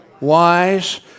Wise